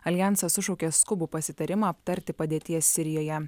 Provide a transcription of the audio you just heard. aljansas sušaukė skubų pasitarimą aptarti padėties sirijoje